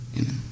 Amen